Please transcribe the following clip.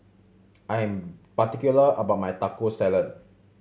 I am particular about my Taco Salad